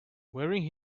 wearing